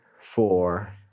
four